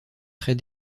très